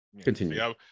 Continue